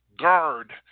Guard